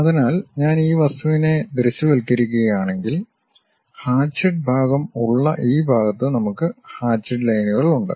അതിനാൽ ഞാൻ ഈ വസ്തുവിനെ ദൃശ്യവൽക്കരിക്കുകയാണെങ്കിൽ ഹാചിഡ് ഭാഗം ഉള്ള ഈ ഭാഗത്ത് നമുക്ക് ഹാചിഡ് ലൈന്കളുണ്ട്